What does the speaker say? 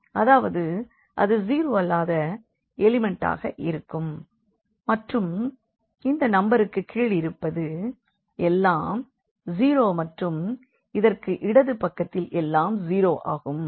அதாவது அது ஜீரோ அல்லாத எலிமண்டாக இருக்கும் மற்றும் இந்த நம்பருக்கு கீழிருப்பது எல்லாம் 0 மற்றும் இதற்கு இடது பக்கத்தில் எல்லாம் 0 ஆகும்